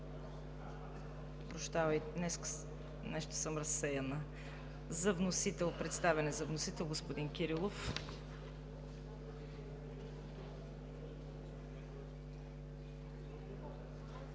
Прощавайте, днес нещо съм разсеяна. Представяне на вносител – господин Кирилов.